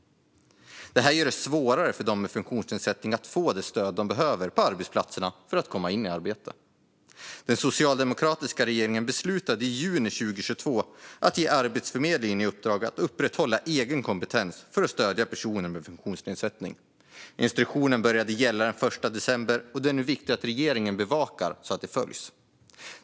Detta gör det svårare för dem med funktionsnedsättning att få det stöd som de behöver på arbetsplatserna för att komma in i arbetet. Den socialdemokratiska regeringen beslutade i juni 2022 att ge Arbetsförmedlingen i uppdrag att upprätthålla egen kompetens för att stödja personer med en funktionsnedsättning. Instruktionen började gälla den 1 december 2022, och det är nu viktigt att regeringen bevakar att den följs.